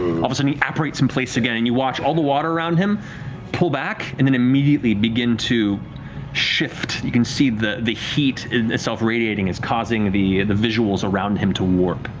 of a sudden he apparates in place again. and you watch all the water around him pull back and then immediately begin to shift. you can see the the heat itself radiating is causing the the visuals around him to warp.